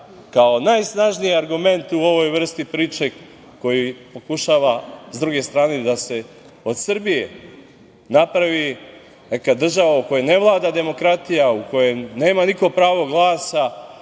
kao najsnažniji argument u ovoj vrsti priče koji pokušava, sa druge strane, da se od Srbije napravi neka država u kojoj ne vlada demokratija, u kojoj nema niko pravo glasa